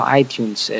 iTunes